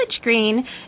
Green